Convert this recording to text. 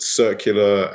circular